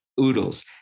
Oodles